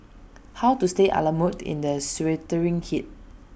how to stay A la mode in the sweltering heat